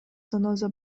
заноза